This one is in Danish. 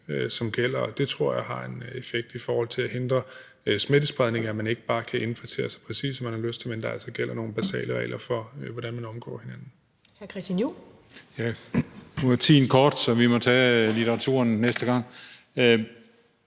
som gælder. Og det tror jeg har en effekt i forhold til at hindre smittespredningen, altså at man ikke bare kan indkvartere sig præcis, som man har lyst til, men at der altså gælder nogle basale regler for, hvordan man omgås hinanden.